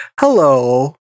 Hello